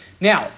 Now